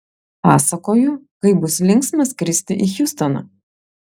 pasakoju kaip bus linksma skristi į hjustoną